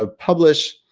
ah publish